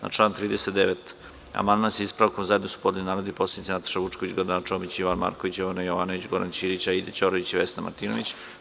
Na član 39. amandman, sa ispravkom, zajedno su podneli narodni poslanici Nataša Vučković, Gordana Čomić, Jovan Marković, Jovana Jovanović, Goran Ćirić, Aida Ćorović i Vesna Martinović.